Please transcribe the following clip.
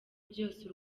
byose